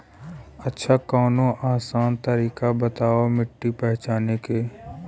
अच्छा कवनो आसान तरीका बतावा मिट्टी पहचाने की?